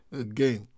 again